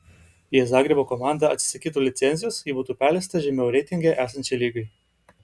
jei zagrebo komanda atsisakytų licencijos ji būtų perleista žemiau reitinge esančiai lygai